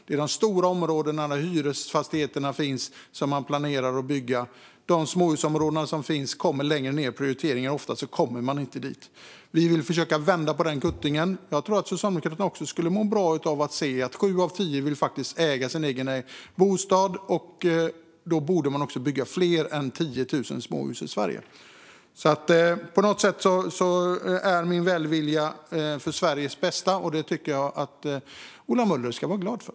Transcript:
Det är i de stora områdena där hyresfastigheter finns som man planerar att bygga, och de småhusområden som finns kommer längre ned när man prioriterar. Ofta kommer man inte dit, men vi vill försöka vända på den kuttingen. Jag tror att Socialdemokraterna också skulle må bra av att se att sju av tio vill äga sin egen bostad, och då borde det byggas fler än 10 000 småhus i Sverige. Min välvilja gäller Sveriges bästa, och detta tycker jag att Ola Möller ska vara glad för.